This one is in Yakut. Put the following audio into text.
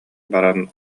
баран